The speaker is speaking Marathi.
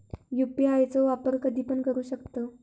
यू.पी.आय चो वापर कधीपण करू शकतव?